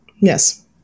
Yes